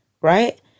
Right